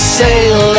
sail